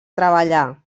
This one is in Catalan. treballar